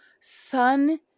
sun